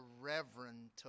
Reverend